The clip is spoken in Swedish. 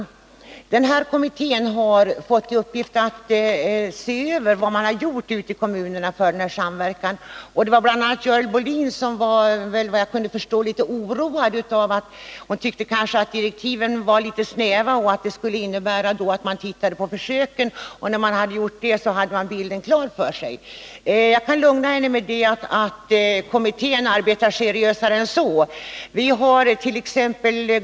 Förskola-skola-kommittén har fått i uppgift att se över vad man ute i kommunerna har gjort för denna samverkan. Bl. a. Görel Bohlin var, såvitt jag kunde förstå, litet oroad av att direktiven var något snäva och att det kanske skulle innebära att kommittén bara tittade på försöken och sedan hade bilden klar för sig. Jag kan lugna henne med att kommittén arbetar seriösare än så. Vi hart.ex.